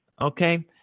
Okay